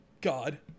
God